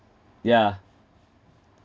yeah